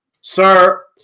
Sir